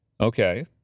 Okay